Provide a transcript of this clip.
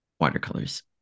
watercolors